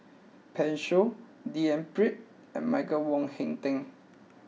Pan Shou D N Pritt and Michael Wong Hong Teng